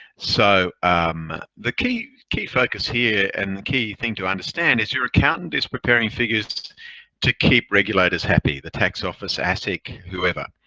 so um the key key focus here and the key thing to understand is your accountant is preparing figures to keep regulators happy. the tax office, asic, whoever.